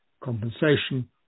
compensation